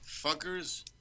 Fuckers